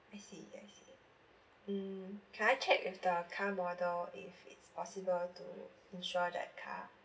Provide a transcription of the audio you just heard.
I see I see mm can I check if the car model if it's possible to insure the car